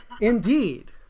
indeed